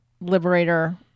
liberator